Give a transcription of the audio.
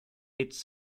its